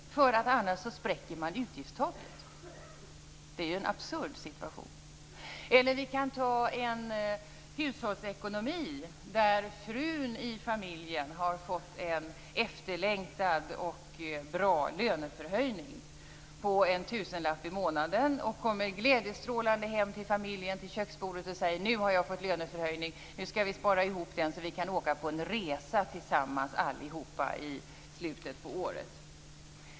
Annars spräcker man utgiftstaket. Det är en absurd situation. Vi kan ta en hushållsekonomi där frun i familjen har fått en efterlängtad och bra löneförhöjning på en tusenlapp i månaden. Hon kommer glädjestrålande hem till familjen vid köksbordet och säger: Nu har jag fått löneförhöjning! Nu skall vi spara den så att vi kan åka på en resa tillsammans allihop i slutet på året.